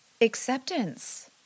acceptance